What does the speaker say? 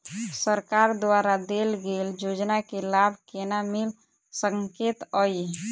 सरकार द्वारा देल गेल योजना केँ लाभ केना मिल सकेंत अई?